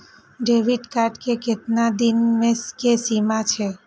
Debit card के केतना दिन के सीमा छै?